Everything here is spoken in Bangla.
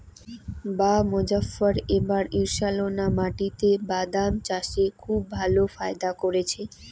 বাঃ মোজফ্ফর এবার ঈষৎলোনা মাটিতে বাদাম চাষে খুব ভালো ফায়দা করেছে